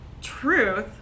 truth